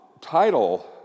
title